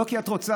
לא כי את רוצה,